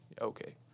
Okay